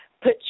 put